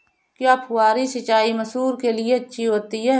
क्या फुहारी सिंचाई मसूर के लिए अच्छी होती है?